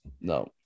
No